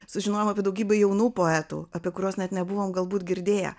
sužinojom apie daugybę jaunų poetų apie kuriuos net nebuvom galbūt girdėję